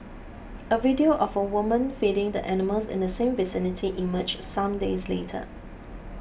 a video of a woman feeding the animals in the same vicinity emerged some days later